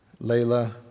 Layla